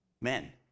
men